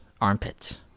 Armpits